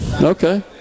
Okay